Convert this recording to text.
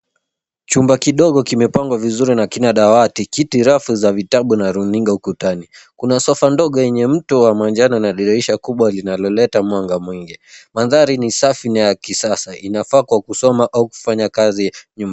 Chumba kidogo kimepangwa vizuri na kina dawati , kiti, rafu za vitabu na runinga ukutani. Kuna sofa ndogo yenye mto wa manjano na dirisha kubwa linaloleta mwanga mwingi. Mandhari ni safi na ya kisasa. Inafaa kwa kusoma au kufanya kazi nyumbani.